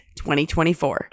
2024